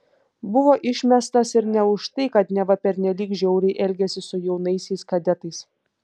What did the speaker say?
buvo išmestas ir ne už tai kad neva pernelyg žiauriai elgėsi su jaunaisiais kadetais